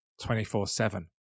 24-7